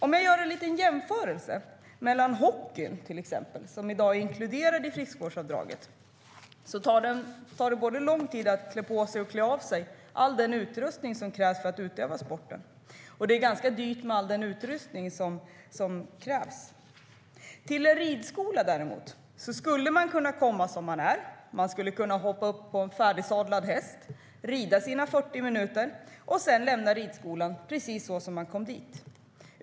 Om jag gör en liten jämförelse med hockeyn, som är inkluderad i friskvårdsavdraget, kan jag säga att det både tar lång tid att få på och av sig all den utrustning som krävs för att utöva sporten och att utrustningen dessutom är ganska dyr. Till en ridskola skulle man däremot kunna komma som man är. Man skulle kunna hoppa upp på en färdigsadlad häst, rida sina 40 minuter och sedan lämna ridskolan precis som när man kom dit.